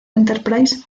enterprise